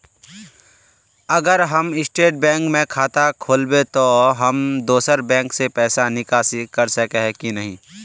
अगर हम state bank में खाता खोलबे तो हम दोसर बैंक से पैसा निकासी कर सके ही की नहीं?